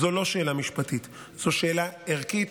זו לא שאלה משפטית, זו שאלה ערכית.